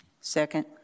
Second